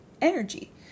energy